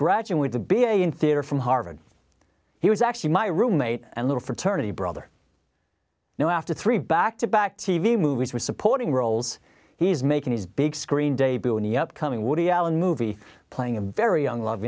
graduate to be a in theater from harvard he was actually my roommate and little fraternity brother now after three back to back t v movies were supporting roles he's making his big screen debut in the upcoming woody allen movie playing a very young love